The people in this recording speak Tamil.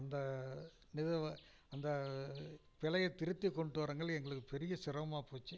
அந்த நிதுவ அந்தப் பிழையை திருத்திக் கொண்டுட்டு வருங்கில்லயும் எங்களுக்குப் பெரிய சிரமமாக போச்சு